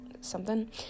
something-